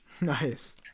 nice